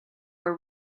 are